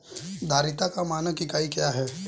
धारिता का मानक इकाई क्या है?